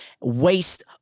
Waste